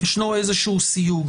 כאן ישנו איזשהו סיוג.